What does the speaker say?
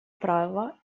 право